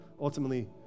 ultimately